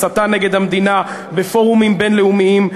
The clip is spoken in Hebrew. הסתה נגד המדינה בפורומים בין-לאומיים,